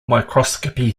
microscopy